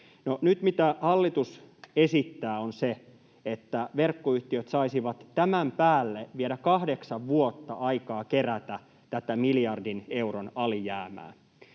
se, mitä hallitus esittää, on se, että verkkoyhtiöt saisivat tämän päälle vielä 8 vuotta aikaa kerätä tätä miljardin euron alijäämää.